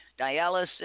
dialysis